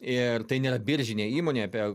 ir tai ne biržinė įmonė apie